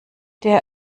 der